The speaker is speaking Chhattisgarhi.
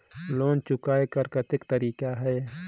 लोन चुकाय कर कतेक तरीका है?